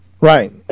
Right